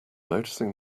noticing